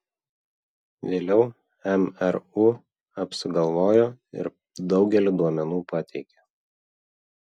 vėliau mru apsigalvojo ir daugelį duomenų pateikė